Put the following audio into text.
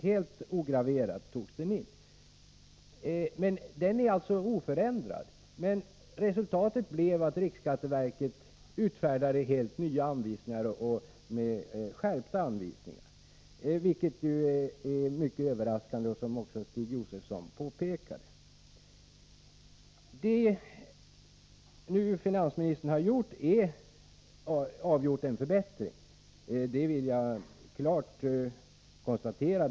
Denna för bilresor till och text är alltså oförändrad, men riksskatteverket har utfärdat helt nya anvisfrån arbetet ningar, skärpta anvisningar, vilket är mycket överraskande. Det påpekade ju också Stig Josefson i sitt anförande. De åtgärder som finansministern nu har vidtagit innebär avgjort en förbättring — det vill jag klart konstatera.